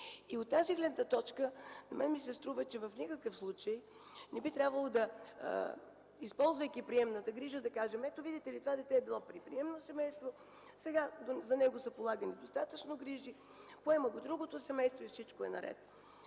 От тази гледна точка ми се струва, че в никакъв случай не би трябвало, използвайки приемната грижа, да кажем: детето е било в приемно семейство, за него са полагани достатъчно грижи, поема го другото семейство и всичко е наред.